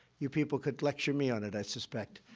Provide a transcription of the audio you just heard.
you people could lecture me on it, i suspect.